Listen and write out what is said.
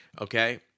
okay